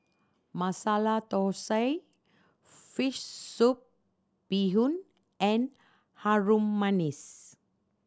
Masala Thosai fish soup bee hoon and Harum Manis